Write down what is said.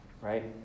right